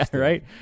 right